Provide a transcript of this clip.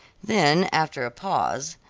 then after a pause,